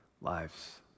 lives